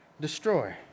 destroy